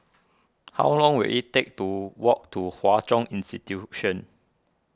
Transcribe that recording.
how long will it take to walk to Hwa Chong Institution